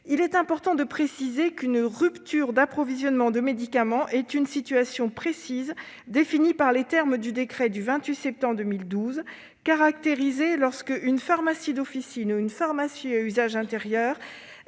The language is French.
Il est important de le préciser, une « rupture d'approvisionnement de médicaments » est une situation précise, définie par les termes du décret du 28 septembre 2012, qui est caractérisée lorsqu'« une pharmacie d'officine ou une pharmacie à usage intérieur